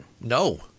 No